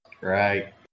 right